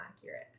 accurate